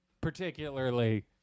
particularly